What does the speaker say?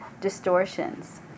distortions